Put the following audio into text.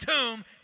tomb